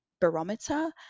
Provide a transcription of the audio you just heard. barometer